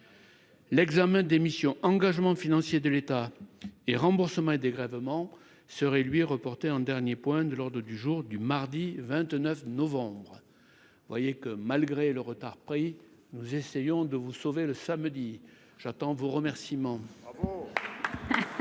l'examen des missions Engagements financiers de l'État et remboursements et dégrèvements serait lui reporté en dernier point de l'ordre du jour du mardi 29 novembre vous voyez que, malgré le retard pris, nous essayons de vous sauver le samedi, j'attends vos remerciements.